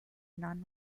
non